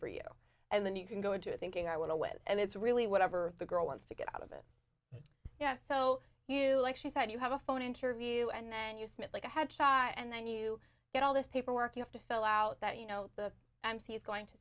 for you and then you can go into it thinking i want to wait and it's really whatever the girl wants to get out of it so you actually said you have a phone interview and then you smith like a head shot and then you get all this paperwork you have to fill out that you know the mc is going to